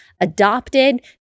Adopted